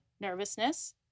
nervousness